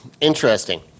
interesting